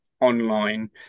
online